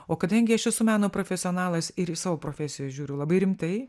o kadangi aš esu meno profesionalas ir į savo profesiją žiūriu labai rimtai